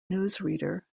newsreader